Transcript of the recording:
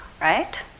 right